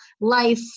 life